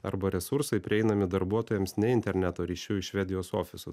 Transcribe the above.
arba resursai prieinami darbuotojams ne interneto ryšiu iš švedijos ofisų